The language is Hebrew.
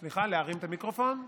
סליחה, להרים את המיקרופון?